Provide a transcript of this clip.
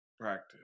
practice